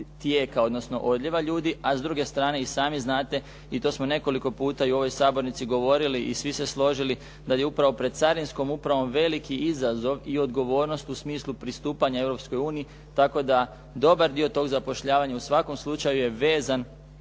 tijeka, odnosno odlijeva ljudi, a s druge strane i sami znate i to smo nekoliko puta i u ovoj sabornici govorili i svi se složili da bi upravo pred carinskom upravom veliki izazov i odgovornost u smislu pristupanja Europskoj uniji, tako da dobar dio tog zapošljavanja u svakom slučaju je vezan